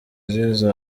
ageze